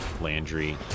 Landry